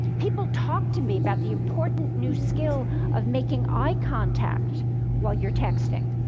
people talk to me about the important new skill of making eye contact while you're texting.